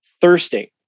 thirsting